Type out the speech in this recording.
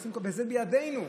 וזה בידינו.